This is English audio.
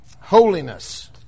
Holiness